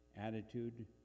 attitude